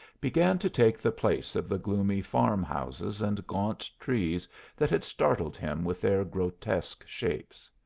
began to take the place of the gloomy farm-houses and gaunt trees that had startled him with their grotesque shapes.